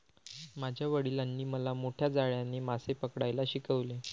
माझ्या वडिलांनी मला मोठ्या जाळ्याने मासे पकडायला शिकवले